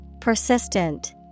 Persistent